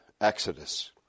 Exodus